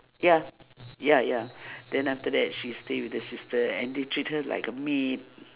yeah ya ya then after that she stay with the sister and they treat her like a maid